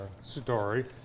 story